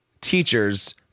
teachers